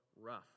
rough